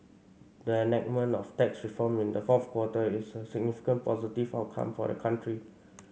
the enactment of tax reform in the fourth quarter is a significant positive outcome for the country